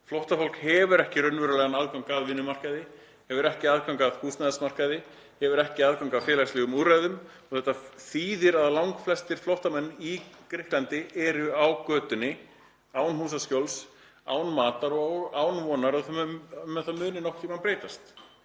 Flóttafólk hefur ekki raunverulegan aðgang að vinnumarkaði, hefur ekki aðgang að húsnæðismarkaði, hefur ekki aðgang að félagslegum úrræðum og þetta þýðir að langflest flóttafólk í Grikklandi er á götunni án húsaskjóls, án matar og án vonar um að það muni nokkurn tímann breytast.